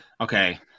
Okay